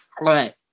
right